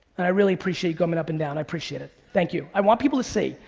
and i really appreciate you coming up and down, i appreciate it, thank you. i want people to see.